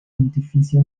pontificia